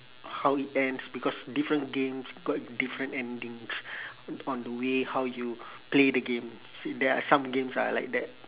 how it ends because different games got different endings on the way how you play the games there are some games ah like that